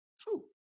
true